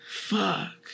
Fuck